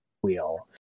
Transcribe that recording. wheel